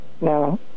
no